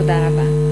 תודה רבה.